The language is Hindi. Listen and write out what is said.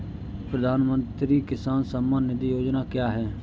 प्रधानमंत्री किसान सम्मान निधि योजना क्या है?